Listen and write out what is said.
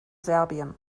serbien